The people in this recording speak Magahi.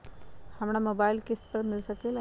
हमरा मोबाइल किस्त पर मिल सकेला?